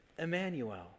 Emmanuel